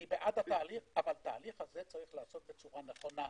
אני בעד התהליך הזה, אבל יש לעשותו בצורה נכונה,